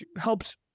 helps